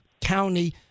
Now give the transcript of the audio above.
County